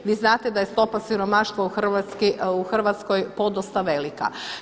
Vi znate da je stopa siromaštva u Hrvatskoj podosta velika.